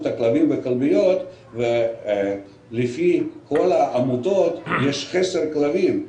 הכלבים בכלביות ולפי כל העמותות יש חסר בכלבים.